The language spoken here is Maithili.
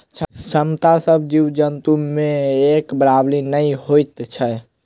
क्षमता सभ जीव जन्तु मे एक बराबरि नै होइत छै